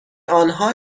آنها